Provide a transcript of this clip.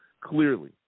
clearly